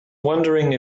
wondering